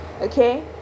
okay